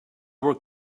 were